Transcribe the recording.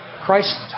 Christ